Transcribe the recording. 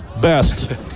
best